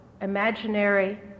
imaginary